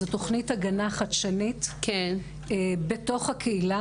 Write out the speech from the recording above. זו תוכנית הגנה חדשנית בתוך הקהילה,